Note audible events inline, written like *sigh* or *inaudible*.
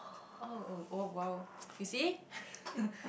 oh oh oh !wow! *noise* you see *laughs*